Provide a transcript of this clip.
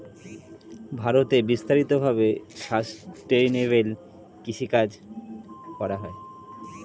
ভারতে বিস্তারিত ভাবে সাসটেইনেবল কৃষিকাজ পালন করা হয়